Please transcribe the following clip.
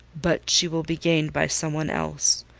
but she will be gained by some one else.